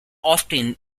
austin